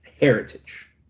heritage